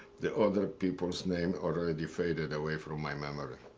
the other people's name already faded away from my memory.